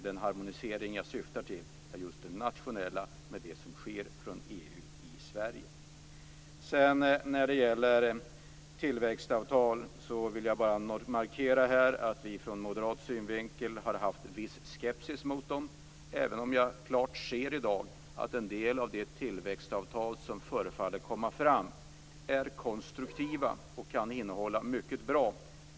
Den harmonisering jag syftar till är just den nationella, med det som sker från EU i Sverige. När det gäller tillväxtavtal vill jag här bara markera att vi från moderat synvinkel har haft viss skepsis mot dessa, även om jag i dag klart ser att en del av de tillväxtavtal som förefaller komma fram är konstruktiva och kan innehålla mycket bra.